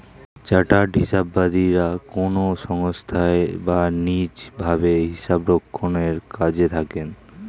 chartered হিসাববিদরা কোনো সংস্থায় বা নিজ ভাবে হিসাবরক্ষণের কাজে থাকেন